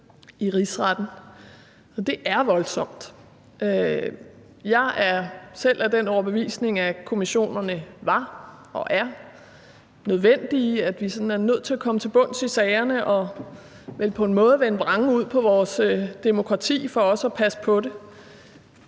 det er voldsomt. Jeg er selv af den overbevisning, at kommissionerne var og er nødvendige, og at vi nødt til at komme til bunds i sagerne og vel på en måde vende vrangen ud på vores demokrati for også at passe på det.